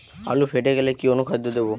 আলু ফেটে গেলে কি অনুখাদ্য দেবো?